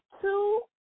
two